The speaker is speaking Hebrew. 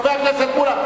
חבר הכנסת מולה.